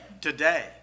Today